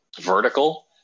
vertical